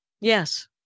Yes